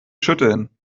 schütteln